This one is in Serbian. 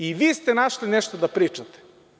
Vi ste našli nešto da pričate.